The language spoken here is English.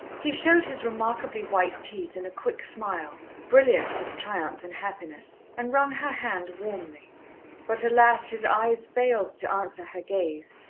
he showed his remarkably white teeth in a quick smile, brilliant with triumph and happiness, and wrung her hand warmly but alas! his eyes failed to answer her gaze,